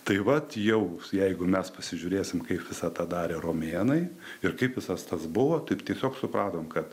tai vat jau jeigu mes pasižiūrėsim kaip visą tą darė romėnai ir kaip visas tas buvo taip tiesiog supratom kad